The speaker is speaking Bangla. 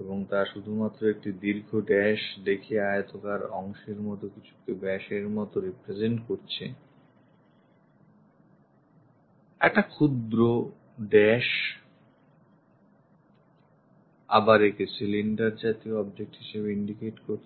এবং তা শুধুমাত্র একটি দীর্ঘ dash দেখিয়ে আয়তাকার অংশের মত কিছুকে ব্যাস এর মত represent করছে একটা ক্ষুদ্র dash আবার একে সিলিন্ডার জাতীয় object হিসেবে indicate করছে